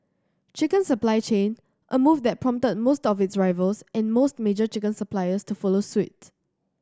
chicken supply chain a move that prompted most of its rivals and most major chicken suppliers to follow suit